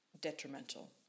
detrimental